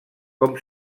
com